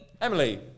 Emily